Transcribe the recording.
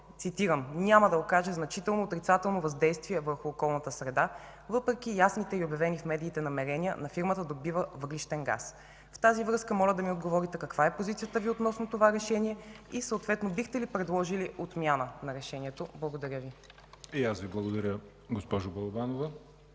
цитирам, „няма да окаже значително отрицателно въздействие върху околната среда”, въпреки ясните и обявени в медиите намерения на фирмата да добива въглищен газ. В тази връзка, моля да ми отговорите каква е позицията Ви относно това решение и съответно бихте ли предложили отмяната му? Благодаря Ви. ПРЕДСЕДАТЕЛ ЯВОР ХАЙТОВ: И аз Ви благодаря, госпожо Балабанова.